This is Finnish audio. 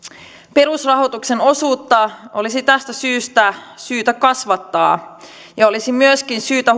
perusrahoituksen osuutta olisi tästä syystä syytä kasvattaa ja olisi myöskin syytä